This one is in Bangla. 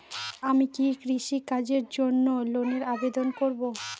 আমি কি কৃষিকাজের জন্য লোনের আবেদন করব?